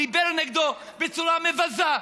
דיבר נגדו בצורה מבזה,